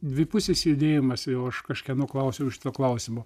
dvipusis judėjimas jau aš kažkieno klausiau šito klausimo